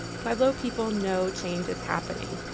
pueblo people know change is happening,